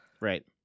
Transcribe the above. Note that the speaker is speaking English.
right